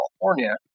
California